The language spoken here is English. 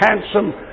handsome